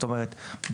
זאת אומרת,